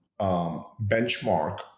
benchmark